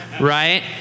right